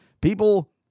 People